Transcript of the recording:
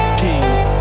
kings